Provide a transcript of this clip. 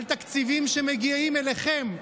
על תקציבים שמגיעים לכם,